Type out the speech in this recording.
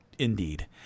indeed